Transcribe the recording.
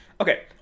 Okay